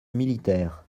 militaire